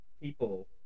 people